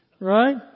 Right